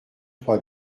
trois